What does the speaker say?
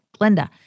Glenda